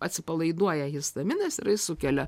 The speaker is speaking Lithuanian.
atsipalaiduoja histaminas sukelia